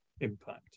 impact